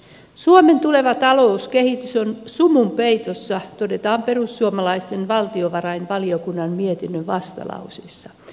suomen tuleva talouskehitys on sumun peitossa todetaan perussuomalaisten valtiovarainvaliokunnan mietinnön vastalauseessa